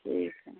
ठीक है